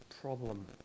problem